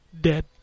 Dead